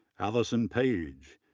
allison page,